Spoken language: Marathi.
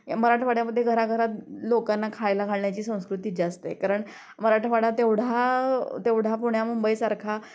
मराठवाड्यामध्ये घराघरात लोकांना खायला घालण्याची संस्कृती जास्त आहे कारण मराठवाडा तेवढा तेवढा पुण्या मुंबईसारखा